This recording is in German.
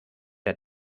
der